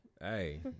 hey